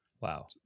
wow